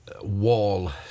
wall